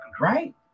right